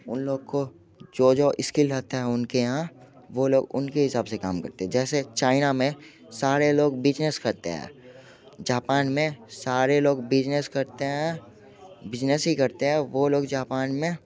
उन लोगों को जो जो इस्किल रहते हैं उनके यहाँ वो लोग उनके हिसाब से काम करते हैं जैसे चाइना में सारे लोग बिजनेस करते हैं जापान में सारे लोग बिजनेस करते हैं बिजनेस ही करते हैं वो लोग जापान में